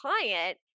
client